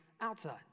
outside